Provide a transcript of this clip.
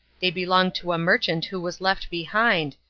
they belong to a merchant who was left behind,